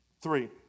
Three